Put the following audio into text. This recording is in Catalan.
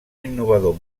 innovador